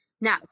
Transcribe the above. Now